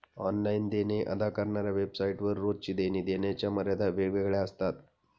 online देणे अदा करणाऱ्या वेबसाइट वर रोजची देणी देण्याच्या मर्यादा वेगवेगळ्या असतात